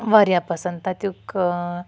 واریاہ پَسَنٛد تتیُک